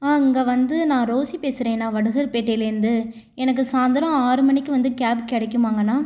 இங்கே வந்து நான் ரோஸி பேசுகிறேண்ணா வடுகர் பேட்டையிலேந்து எனக்கு சாய்ந்தரம் ஆறு மணிக்கு வந்து கேப் கிடைக்குமாங்கண்ணா